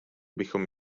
bychom